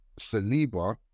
Saliba